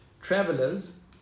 travelers